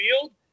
field